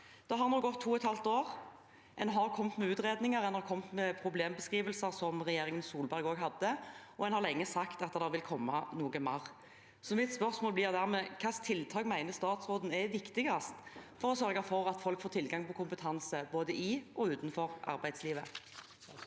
Nå har det gått to og et halvt år. En har kommet med utredninger, en har kommet med problembeskrivelser – som regjeringen Solberg også hadde – og en har lenge sagt at det vil komme noe mer. Mitt spørsmål blir dermed: Hvilke tiltak mener statsråden er viktigst for å sørge for at folk får tilgang på kompetanse, både i og utenfor arbeidslivet?